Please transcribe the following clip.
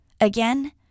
Again